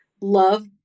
love